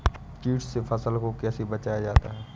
कीट से फसल को कैसे बचाया जाता हैं?